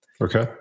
Okay